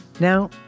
Now